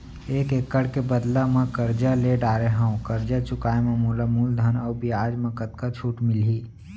एक एक्कड़ के बदला म करजा ले डारे हव, करजा चुकाए म मोला मूलधन अऊ बियाज म कतका छूट मिलही?